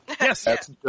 Yes